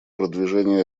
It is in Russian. продвижению